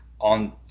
on